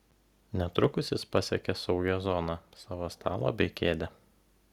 netrukus jis pasiekė saugią zoną savo stalą bei kėdę